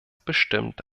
bestimmt